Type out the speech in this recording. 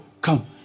come